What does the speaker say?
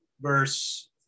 verse